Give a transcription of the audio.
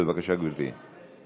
בבקשה, גברתי.